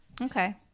Okay